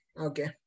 Okay